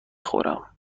خورم